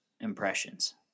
impressions